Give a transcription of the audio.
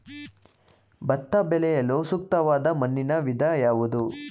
ಭತ್ತ ಬೆಳೆಯಲು ಸೂಕ್ತವಾದ ಮಣ್ಣಿನ ವಿಧ ಯಾವುದು?